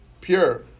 pure